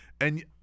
and-